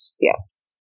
yes